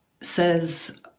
says